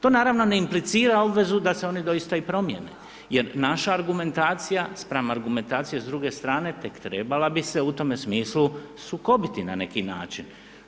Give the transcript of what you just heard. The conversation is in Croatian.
To naravno ne implicira obvezu da se oni doista i promjene jer naša argumentacija spram argumentacije s druge strane tek trebala bi se u tome smislu sukobiti na neki način.